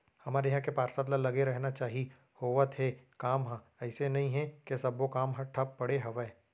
हमर इहाँ के पार्षद ल लगे रहना चाहीं होवत हे काम ह अइसे नई हे के सब्बो काम ह ठप पड़े हवय